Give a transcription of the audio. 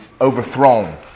overthrown